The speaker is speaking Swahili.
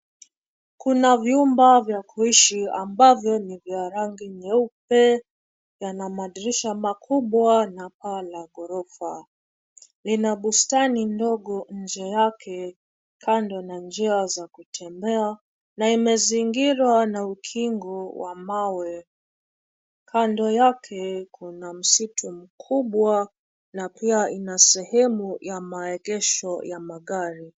Kuna vyumba vya kuishi ambavyo ni rangi nyeupe. Yana madirisha makubwa, na paa la ghorofa. Lina bustani ndogo nje yake, kando na njia za kutembea, na imezingirwa na ukingo wa mawe. Kando yake kuna msitu mkubwa, na pia ina sehemu ya maegesho ya magari.